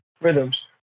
Rhythms